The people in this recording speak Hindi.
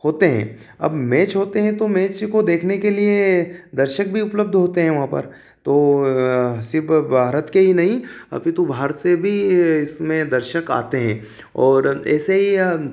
होते है अब मेच होते हैं तो मेच को देखने के लिए दर्शक भी उपलब्ध होते हैं वहाँ पर तो सिर्फ भारत के ही नहीं अपितु बाहर से भी इसमें दर्शक आते हैं और ऐसे ही